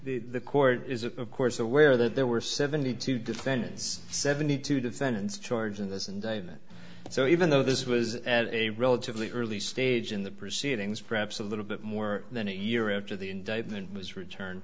case the court is of course aware that there were seventy two defendants seventy two defendants charged in this and a that so even though this was at a relatively early stage in the proceedings perhaps a little bit more than a year after the indictment was return